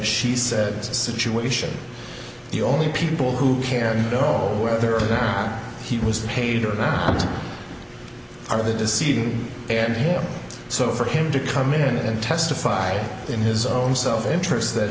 she said situation the only people who can know whether or not he was paid amounts are the deceiving and him so for him to come in and testify in his own self interest that